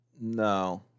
No